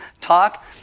talk